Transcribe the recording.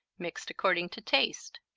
mixed according to taste.